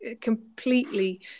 completely